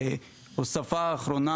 בהוספה האחרונה,